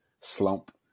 slump